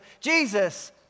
Jesus